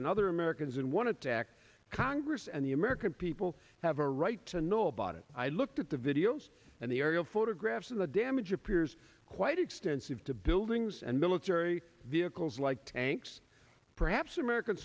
and other americans in one attack congress and the american people have a right to know about it i looked at the videos and the aerial photographs of the damage appears quite extensive to buildings and military vehicles like tanks perhaps american